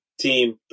Team